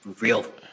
real